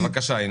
בבקשה.